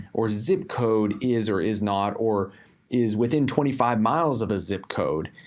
or zip code is or is not, or is within twenty five miles of a zip code.